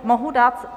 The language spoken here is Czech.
Mohu dát?